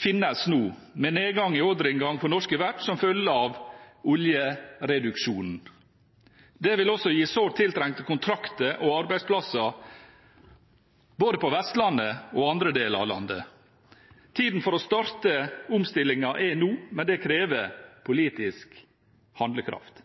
finnes nå med nedgangen i ordrer for norske verft som følge av oljenedturen. Det vil også gi sårt tiltrengte kontrakter og arbeidsplasser, både på Vestlandet og i andre deler av landet. Tiden for å starte omstillingen er nå, men det krever politisk handlekraft.